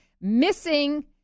missing